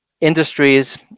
industries